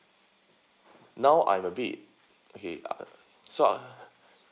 now I'm a bit okay uh so ah